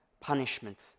punishment